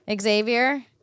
Xavier